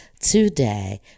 today